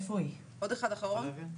זה הרעיון של צו הרחבה.